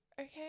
okay